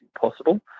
possible